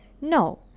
No